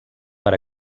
per